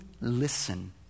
listen